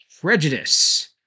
prejudice